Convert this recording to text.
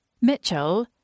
Mitchell